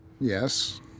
Yes